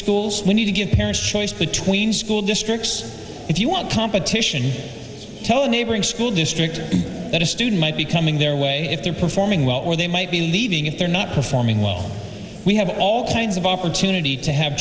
schools we need to give parents choice between school districts if you want competition tell a neighboring school district that a student might be coming their way if they're performing well or they might be leaving if they're not performing well we have all kinds of opportunity to have